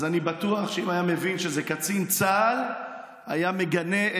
אז אני בטוח שאם הוא היה מבין שזה קצין צה"ל היה מגנה,